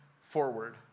forward